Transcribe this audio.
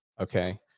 okay